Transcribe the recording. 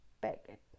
packet